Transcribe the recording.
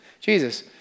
Jesus